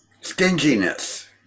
Stinginess